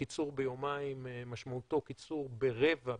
שקיצור ביומיים משמעותו קיצור ברבע,